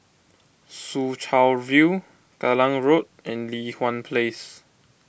Soo Chow View Kallang Road and Li Hwan Place